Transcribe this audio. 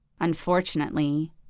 Unfortunately